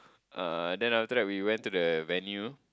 uh then after that we went to the venue